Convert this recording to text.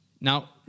Now